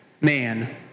man